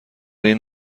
این